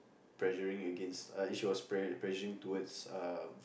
pressuring against like she was pressuring towards uh